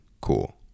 cool